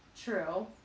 True